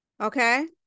Okay